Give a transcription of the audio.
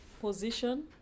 position